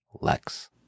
Lex